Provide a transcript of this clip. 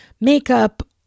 makeup